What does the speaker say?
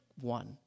one